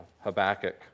Habakkuk